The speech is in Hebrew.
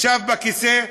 ישב בכיסא,